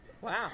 Wow